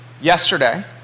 yesterday